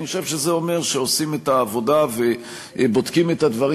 אני חושב שזה אומר שעושים את העבודה ובודקים את הדברים